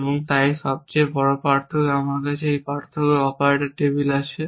এবং তাই সবচেয়ে বড় পার্থক্য আমার কাছে একটি পার্থক্য অপারেটর টেবিল আছে